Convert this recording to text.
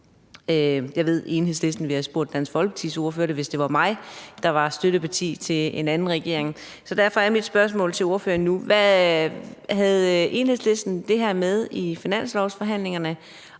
Jeg ved, at Enhedslisten ville have spurgt Dansk Folkepartis ordfører, hvis det var os, der var støtteparti til en anden regering. Så derfor er mit spørgsmål til ordføreren nu: Havde Enhedslisten det her med i finanslovsforhandlingerne,